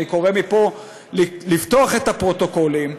ואני קורא מפה לפתוח את הפרוטוקולים,